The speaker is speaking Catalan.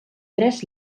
tres